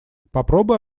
попробуй